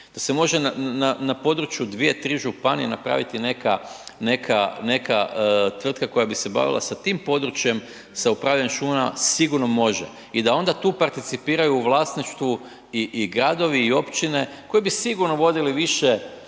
da se može na području 2, 3 županije napraviti neka tvrtka koja bise bavila sa tim područjem, sa upravljanjem šumama, sigurno može i onda tu participiraju u vlasništvu i gradovi i općine koji bi sigurno vodili brige